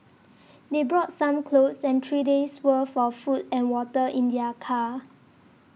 they brought some clothes and three days' worth of food and water in their car